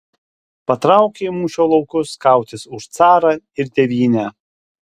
patraukė į mūšio laukus kautis už carą ir tėvynę